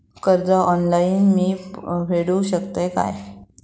कर्ज ऑनलाइन मी फेडूक शकतय काय?